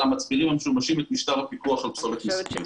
המצברים המשומשים את משטר הפיקוח על פסולת מסוכנת.